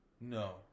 No